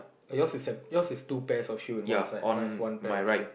your is yours is two pair of shoe at one side mine is one pair right